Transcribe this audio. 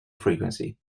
frequency